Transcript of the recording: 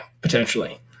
potentially